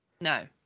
no